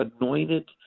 anointed